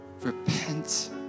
repent